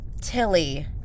Tilly